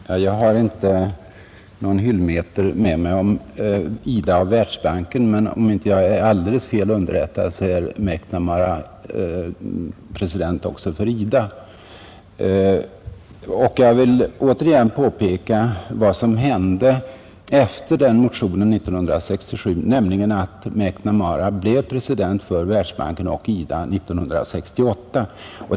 Herr talman! Jag har inte med mig någon hyllmeter om IDA och Världsbanken, men om jag inte är alldeles fel underrättad är McNamara president också för IDA. Jag vill återigen påpeka vad som hände efter det att motionen framlades år 1967. McNamara blev president för Världsbanken och IDA år 1968.